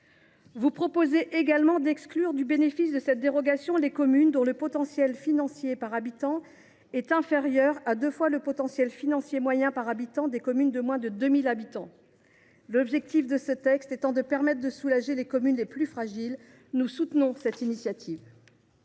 Vous proposez également d’exclure du bénéfice de cette dérogation les communes dont le potentiel financier par habitant est inférieur à deux fois le potentiel financier moyen par habitant des communes de moins de 2 000 habitants. L’objectif de ce texte étant de permettre de soulager les communes les plus fragiles, nous soutenons cette initiative.